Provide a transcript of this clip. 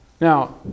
Now